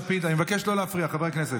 אני מבקש לא להפריע, חברי הכנסת.